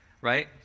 right